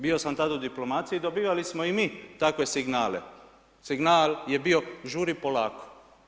Bio sam tada u diplomaciji i dobivali smo i mi takve signale, signal je bio žuri polako.